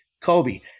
Kobe